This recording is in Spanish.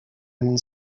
union